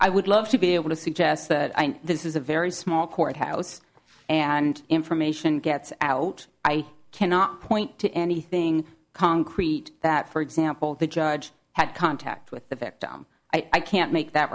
i would love to be able to suggest that i know this is a very small courthouse and information gets out i cannot point to anything concrete that for example the judge had contact with the victim i can't make that